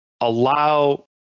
allow